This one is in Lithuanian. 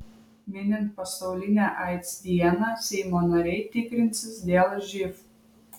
minint pasaulinę aids dieną seimo nariai tikrinsis dėl živ